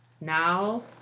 Now